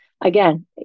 Again